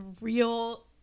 real